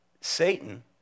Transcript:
Satan